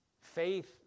faith